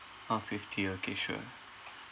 orh fifty okay sure